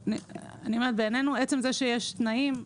עצם זה שיש תנאים,